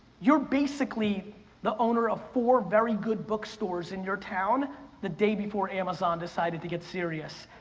you're basically the owner of four very good bookstores in your town the day before amazon decided to get serious.